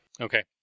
Okay